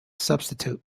substitute